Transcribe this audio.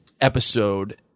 episode